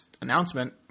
announcement